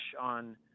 on